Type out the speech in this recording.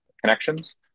connections